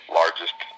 largest